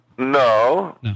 No